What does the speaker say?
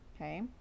okay